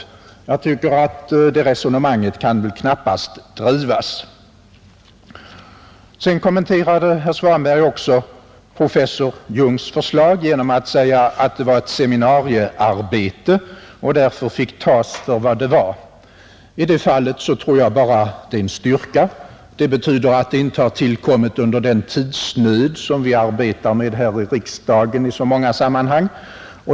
Jag tycker att det resonemanget knappast kan drivas. Sedan kommenterade herr Svanberg också professor Jungs förslag genom att säga att det var ett seminariearbete och därför fick tas för vad det var, Om det är så, ligger det väl inget negativt i detta. Det betyder att arbetet inte har tillkommit under den tidsnöd som vi arbetar med här i riksdagen i så många sammanhang.